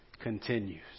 continues